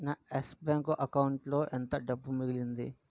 నా Yes Bank అకౌంటులో ఎంత డబ్బు మిగిలింది